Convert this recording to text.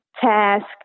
task